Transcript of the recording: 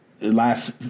last